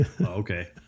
Okay